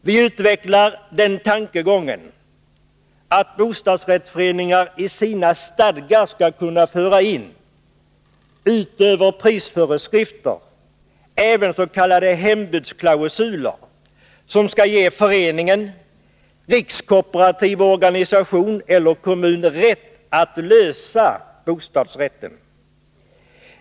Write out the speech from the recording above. Vi utvecklar den tankegången, att bostadsrättsföreningar i sina stadgar utöver prisföreskrifter även skall kunna föra in s.k. hembudsklausuler, som skall ge föreningen, rikskooperativ organisation eller kommun rätt att lösa bostadsrätten.